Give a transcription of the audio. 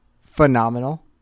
phenomenal